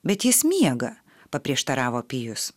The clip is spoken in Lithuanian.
bet jis miega paprieštaravo pijus